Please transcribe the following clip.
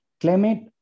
Climate